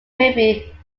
movie